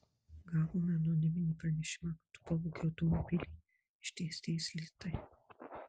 gavome anoniminį pranešimą kad tu pavogei automobilį išdėstė jis lėtai